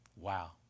Wow